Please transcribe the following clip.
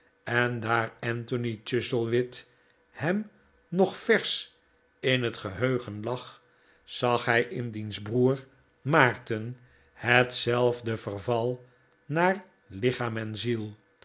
en daar anthony chuzzlewit hem nog versch in het geheugen lag zag hij in diens broer maarten hetzelfde verval naar lichaam en ziel